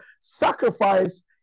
sacrifice